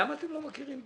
למה אתם לא מכירים בזה?